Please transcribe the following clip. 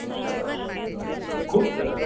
શાબાશ ખૂબ સરસ